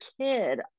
kid